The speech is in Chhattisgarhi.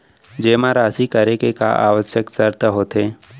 जेमा राशि करे के का आवश्यक शर्त होथे?